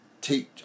teach